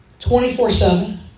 24-7